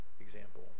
example